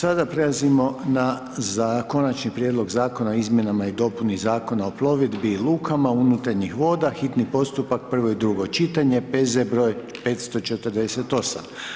Sada prelazimo na: - Konačni prijedlog Zakona o izmjenama i dopuni Zakona o plovidbi i lukama unutarnjih voda, hitni postupak, prvo i drugo čitanje, P.Z. br. 548.